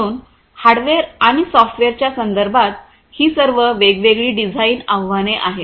म्हणून हार्डवेअर आणि सॉफ्टवेअरच्या संदर्भात ही सर्व वेगवेगळी डिझाइन आव्हाने आहेत